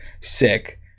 Sick